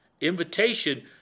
Invitation